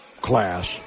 class